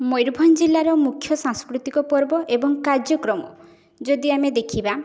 ମୟୂରଭଞ୍ଜ ଜିଲ୍ଲାର ମୁଖ୍ୟ ସାଂସ୍କୃତିକ ପର୍ବ ଏବଂ କାର୍ଯ୍ୟକ୍ରମ ଯଦି ଆମେ ଦେଖିବା